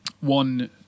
one